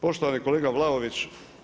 Poštovani kolega Vlaović.